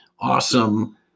awesome